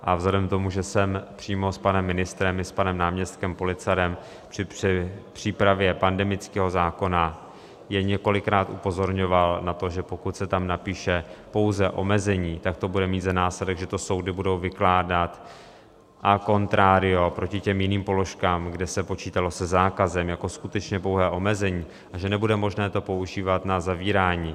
A vzhledem tomu, že jsem přímo s panem ministrem i s panem náměstkem Policarem při přípravě pandemického zákona je několikrát upozorňoval na to, že pokud se tam napíše pouze omezení, tak to bude mít za následek, že to soudy budou vykládat a contrario proti těm jiným položkám, kde se počítalo se zákazem jako skutečně pouhé omezení, a že nebude možné to používat na zavírání.